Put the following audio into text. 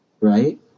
right